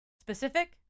Specific